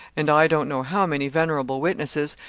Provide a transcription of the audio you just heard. and i don't know how many venerable witnesses,